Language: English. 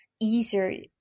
easier